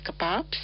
kebabs